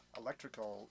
electrical